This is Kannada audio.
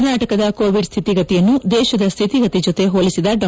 ಕರ್ನಾಟಕದ ಕೋವಿಡ್ ಸ್ತಿತಿಗತಿಯನ್ತು ದೇಶದ ಸ್ತಿತಿಗತಿ ಜೊತೆ ಹೋಲಿಸಿದ ಡಾ